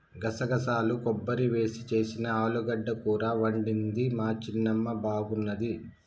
గసగసాలు కొబ్బరి వేసి చేసిన ఆలుగడ్డ కూర వండింది మా చిన్నమ్మ బాగున్నది